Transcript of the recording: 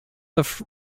the